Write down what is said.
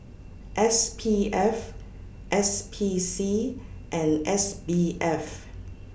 S P F S P C and S B F